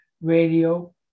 radio